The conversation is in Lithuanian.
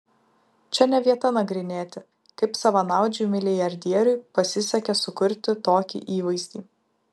čia ne vieta nagrinėti kaip savanaudžiui milijardieriui pasisekė sukurti tokį įvaizdį